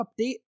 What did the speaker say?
update